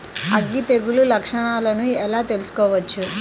అగ్గి తెగులు లక్షణాలను ఎలా తెలుసుకోవచ్చు?